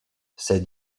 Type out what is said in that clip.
sed